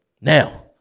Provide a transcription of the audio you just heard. Now